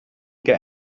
get